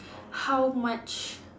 how much